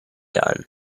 done